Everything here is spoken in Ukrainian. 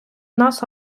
нас